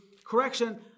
Correction